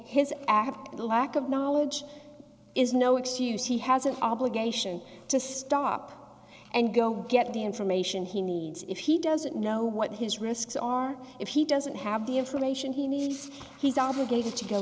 the lack of knowledge is no excuse he has an obligation to stop and go get the information he needs if he doesn't know what his risks are if he doesn't have the information he needs he